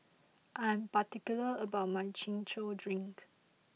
I am particular about my Chin Chow Drink